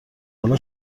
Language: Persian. حالا